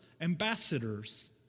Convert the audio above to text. ambassadors